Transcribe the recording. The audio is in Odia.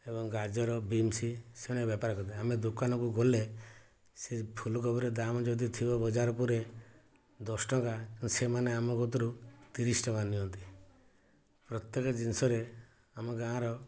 ଏବଂ ଗାଜର ବିମସି ସେଣେ ବେପାର କରନ୍ତି ଆମେ ଦୋକାନକୁ ଗଲେ ସେ ଫୁଲକୋବିର ଦାମ ଯଦି ଥିବ ବଜାର ଉପରେ ଦଶ ଟଙ୍କା ସେମାନେ ଆମ କତୁରୁ ତିରିଶ ଟଙ୍କା ନିଅନ୍ତି ପ୍ରତ୍ୟେକ ଜିନଷରେ ଆମ ଗାଁର